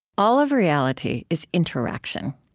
all of reality is interaction.